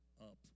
up